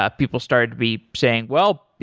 ah people started be saying, well,